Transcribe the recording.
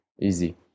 easy